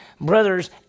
brothers